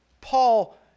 Paul